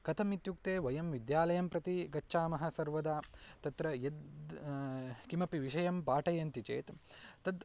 कथम् इत्युक्ते वयं विद्यालयं प्रति गच्छामः सर्वदा तत्र यद् किमपि विषयं पाठयन्ति चेत् तद्